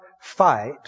fight